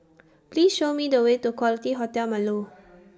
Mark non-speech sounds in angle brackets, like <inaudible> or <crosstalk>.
<noise> Please Show Me The Way to Quality Hotel Marlow